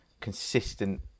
consistent